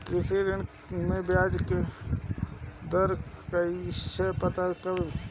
कृषि ऋण में बयाज दर कइसे पता करब?